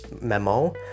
memo